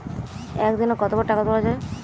একদিনে কতবার টাকা তোলা য়ায়?